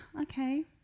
okay